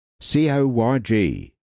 C-O-Y-G